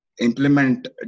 implement